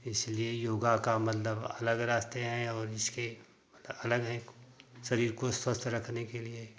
इसीलिए योगा का मतलब अलग रास्ते हैं और इसके अलग हैं शरीर को स्वस्थ रखने के लिए